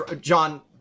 John